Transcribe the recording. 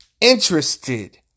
interested